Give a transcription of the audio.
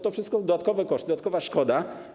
To wszystko dodatkowe koszty, dodatkowa szkoda.